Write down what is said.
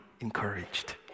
encouraged